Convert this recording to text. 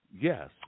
Yes